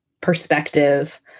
perspective